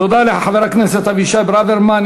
תודה לחבר הכנסת אבישי ברוורמן.